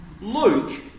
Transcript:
Luke